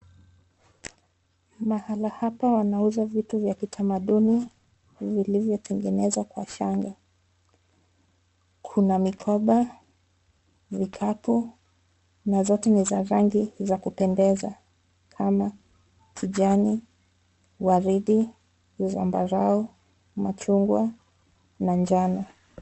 Mahala hapa wanauza vitu vya kitamaduni, vilivyotengenezwa kwa shanga. Kuna mikoba, vikapu, na zote ni za rangi za kupendeza kama kijani, waridi, zambarau, machungwa na jano.